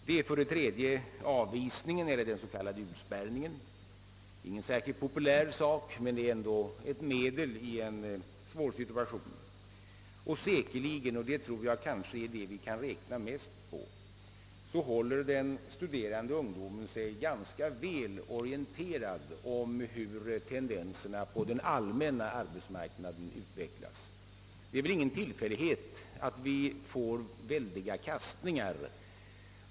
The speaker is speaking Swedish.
Det är vidare avvisningen eller den s.k. utspärrningen, vilket inte är särskilt populärt, men dock ett medel i en svår situation. Dessutom — och det tror jag vi kan räkna mest på — håller den studerande ungdomen sig ganska väl orienterad om hur tendenserna på den allmänna arbetsmarknaden utvecklas. Det är väl ingen tillfällighet att vi får väldiga kastningar.